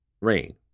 rain